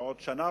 בעוד שנה,